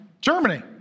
Germany